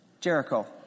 Jericho